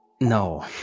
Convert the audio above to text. no